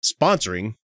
sponsoring